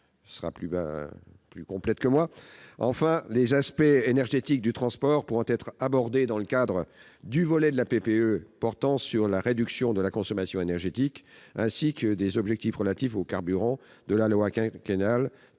sera plus complète que moi sur ce point. Enfin, les aspects énergétiques du transport pourront être abordés dans le cadre du volet de la PPE portant sur la réduction de la consommation énergétique et des objectifs relatifs au carburant de la loi quinquennale.